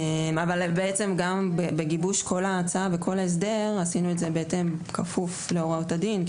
בעצם גם בגיבוש כל ההצעה וכל ההסדר עשינו את זה בכפוף להוראות הדין.